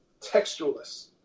textualists